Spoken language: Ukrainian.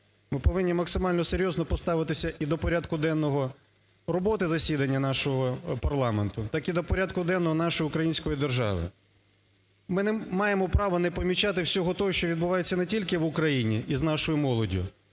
ми повинні максимально серйозно поставитися і до порядку денного роботи засідання нашого парламенту, так і до порядку денного нашої української держави. Ми не маємо права не помічати всього того, що відбувається не тільки в Україні із нашою молоддю,